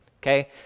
Okay